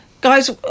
guys